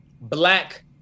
black